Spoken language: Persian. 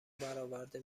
براورده